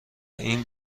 این